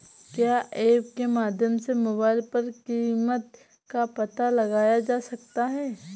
क्या ऐप के माध्यम से मोबाइल पर कीमत का पता लगाया जा सकता है?